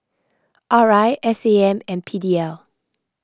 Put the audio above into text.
R I S A M and P D L